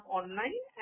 online